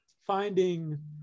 finding